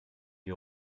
die